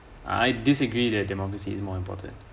I disagree that democracy is more important